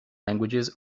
languages